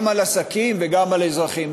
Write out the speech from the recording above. גם על עסקים וגם על אזרחים.